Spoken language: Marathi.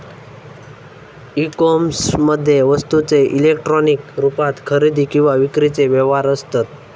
ई कोमर्समध्ये वस्तूंचे इलेक्ट्रॉनिक रुपात खरेदी किंवा विक्रीचे व्यवहार असत